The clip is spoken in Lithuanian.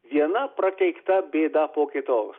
viena prakeikta bėda po kitos